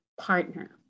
partner